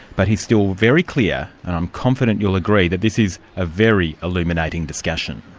but he's still very clear and i'm confident you'll agree that this is a very illuminating discussion.